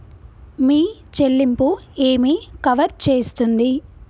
మీ చెల్లింపు ఏమి కవర్ చేస్తుంది?